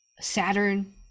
Saturn